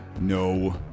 no